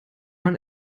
man